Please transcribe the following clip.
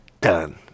done